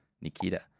Nikita